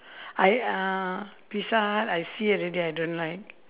I uh pizza I see already I don't like